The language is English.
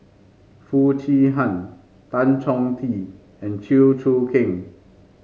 Foo Chee Han Tan Chong Tee and Chew Choo Keng